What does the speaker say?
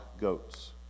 goats